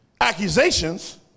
accusations